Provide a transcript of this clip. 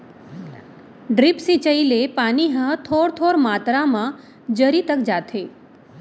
drip सिंचई ले पानी ह थोर थोर मातरा म जरी तक जाथे